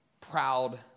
Proud